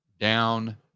Down